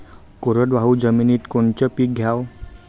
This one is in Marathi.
कोरडवाहू जमिनीत कोनचं पीक घ्याव?